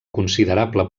considerable